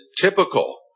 typical